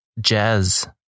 jazz